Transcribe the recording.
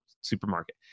supermarket